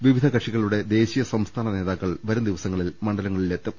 വിവിധ കക്ഷികളുടെ ദേശീയ സംസ്ഥാന നേതാക്കൾ വരും ദിവ സങ്ങളിൽ മണ്ഡലങ്ങളിൽ എത്തും